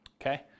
okay